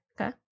Okay